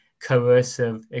coercive